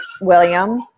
William